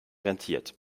rentiert